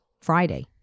Friday